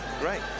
great